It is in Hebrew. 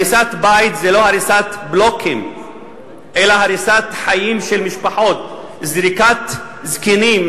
הריסת בית זה לא הריסת בלוקים אלא הריסת חיים של משפחות: זריקת זקנים,